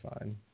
fine